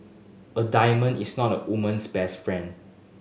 a diamond is not a woman's best friend